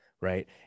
right